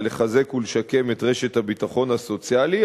זה לחזק ולשקם את רשת הביטחון הסוציאלי,